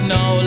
no